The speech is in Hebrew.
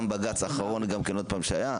גם בג"ץ האחרון גם כן עוד פעם שהיה,